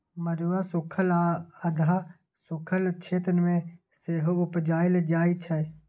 मरुआ सुखल आ अधहा सुखल क्षेत्र मे सेहो उपजाएल जाइ छै